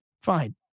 Fine